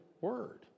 word